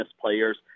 players